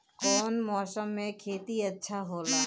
कौन मौसम मे खेती अच्छा होला?